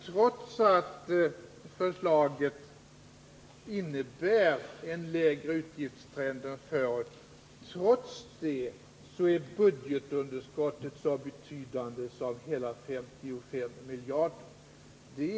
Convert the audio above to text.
Trots att förslaget innebär en lägre utgiftstrend än förut, så är budgetunderskottet så betydande som hela 55 miljarder kronor.